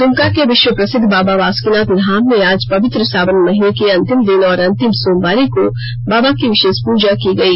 दुमका के विश्व प्रसिद्ध बाबा बासुकिनाथ धाम में आज पवित्र सावन महीने के अंतिम दिन और अंतिम सोमवारी को बाबा की विशेष पूजा की गई